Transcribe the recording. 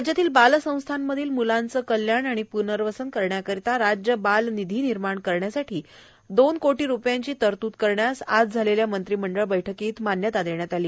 राज्यातील बालसंस्थांमधील म्लांचे कल्याण आणि प्नर्वसन करण्याकरिता राज्य बाल निधी निर्माण करण्यास आणि त्यासाठी दोन कोटी रुपयांची तरतृद करण्यास आज झालेल्या मंत्रिमंडळ बैठकीत मान्यता देण्यात आली